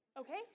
okay